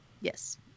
Yes